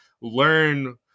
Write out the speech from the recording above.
learn